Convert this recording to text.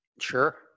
sure